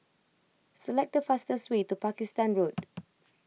select the fastest way to Pakistan Road